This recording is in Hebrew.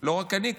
לא רק אני,